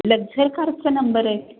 लक्झर कारचा नंबर आहे